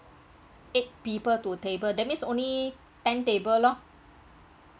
eight people to a table that means only ten table loh